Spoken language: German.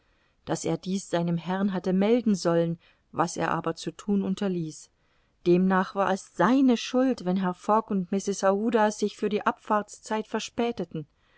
daß er dies seinem herrn hatte melden sollen was er aber zu thun unterließ demnach war es seine schuld wenn herr fogg und mrs aouda sich für die abfahrtszeit verspäteten